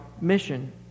mission